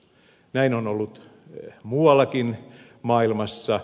näin on ollut muuallakin maailmassa